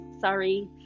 sorry